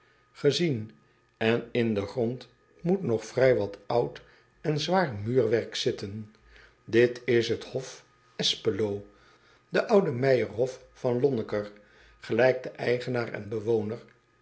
gezien en in den grond moet nog vrij wat oud en zwaar muurwerk zitten it is de hof s p e l o de oude meijerhof van onneker gelijk de eigenaar en bewoner